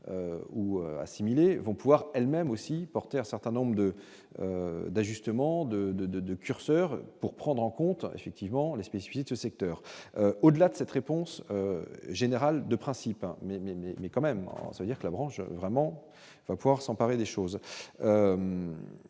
ou assimilés vont pouvoir elle-même aussi porter un certain nombre de d'ajustement de, de, de, de curseurs pour prendre en compte, effectivement, les spécialistes ce secteur au-delà de cette réponse générale de principe mais mais mais quand même, c'est-à-dire que la branche vraiment pouvoir s'emparer des choses